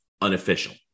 unofficial